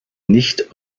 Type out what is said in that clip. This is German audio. nicht